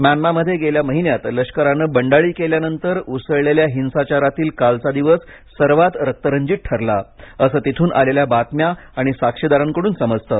म्यानमामध्ये गेल्या महिन्यात लष्करानं बंडाळी केल्यानंतर उसळलेल्या हिंसाचारातील कालचा दिवस सर्वात रक्तरंजित ठरला असं तिथून आलेल्या बातम्या आणि साक्षीदारांकडून समजतं